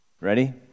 Ready